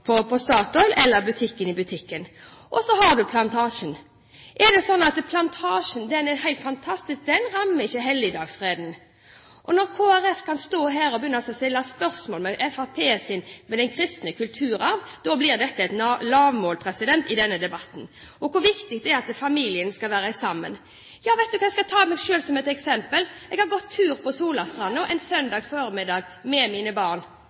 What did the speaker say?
eller på Statoil eller på butikken i butikken. Og så har du Plantasjen. Er det slik at Plantasjen er helt fantastisk, at den ikke rammer helligdagsfreden? Når Kristelig Folkeparti kan stå her og begynne å stille spørsmål ved Fremskrittspartiets forhold til den kristne kulturarv og hvor viktig det er at familien skal være sammen, da blir dette et lavmål i denne debatten! Ja, vet du hva, jeg skal ta meg selv som et eksempel. Jeg går tur på Solastranden en søndags formiddag med mine barn,